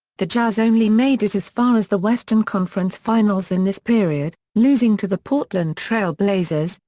the jazz only made it as far as the western conference finals in this period, losing to the portland trail blazers,